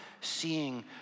seeing